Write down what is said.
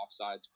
offsides